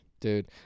Dude